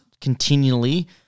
continually